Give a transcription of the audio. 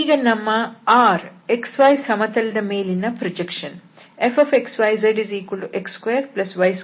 ಈಗ ನಮ್ಮ R xy ಸಮತಲದ ಮೇಲಿನ ಪ್ರೊಜೆಕ್ಷನ್